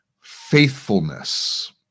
Faithfulness